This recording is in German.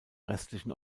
restlichen